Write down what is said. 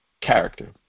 character